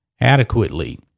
adequately